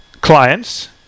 clients